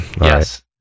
Yes